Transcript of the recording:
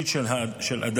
חופשה שנתית (תיקון,